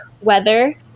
weather